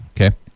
Okay